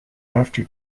after